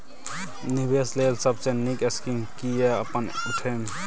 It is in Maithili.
निवेश लेल सबसे नींक स्कीम की या अपन उठैम?